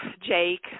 Jake